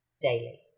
daily